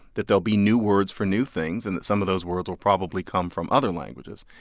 that there'll be new words for new things and that some of those words will probably come from other languages.